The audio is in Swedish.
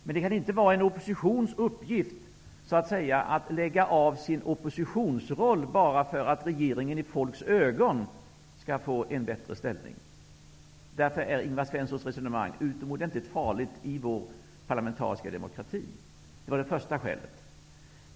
Det kan inte vara oppositionens uppgift att lägga åt sidan sin oppositionsroll bara för att regeringen i folks ögon skall få en bättre ställning. Därför är Ingvar Svenssons resonemang utomordentligt farligt i vår parlamentariska demokrati. Detta var det första skälet.